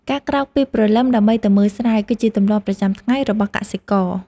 ការក្រោកពីព្រលឹមដើម្បីទៅមើលស្រែ គឺជាទម្លាប់ប្រចាំថ្ងៃរបស់កសិករ។